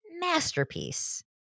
masterpiece